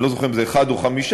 אני לא זוכר אם זה אחד או חמישה,